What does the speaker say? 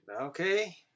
Okay